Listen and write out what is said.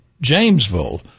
Jamesville